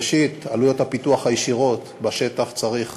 ראשית, עלויות הפיתוח הישירות בשטח, צריך